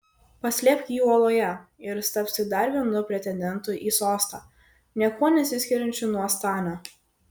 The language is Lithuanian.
paslėpk jį uoloje ir jis taps tik dar vienu pretendentu į sostą niekuo nesiskiriančiu nuo stanio